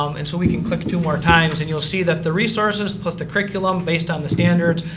um and so, we can click two more times and you'll see that the resources plus the curriculum based on the standards,